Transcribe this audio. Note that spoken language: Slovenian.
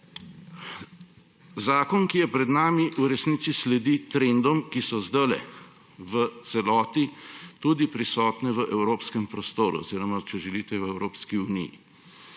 Zakon, ki je pred nami, v resnici sledi trendom, ki so zdajle, v celoti, tudi prisotne v evropskem prostoru oziroma če želite, v Evropski uniji.